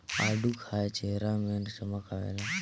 आडू खाए चेहरा में चमक आवेला